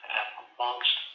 amongst